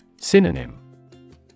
Synonym